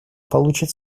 получит